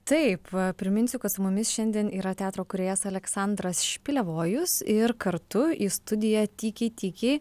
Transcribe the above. taip priminsiu kad su mumis šiandien yra teatro kūrėjas aleksandras špilevojus kartu į studiją tykiai tykiai